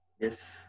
Yes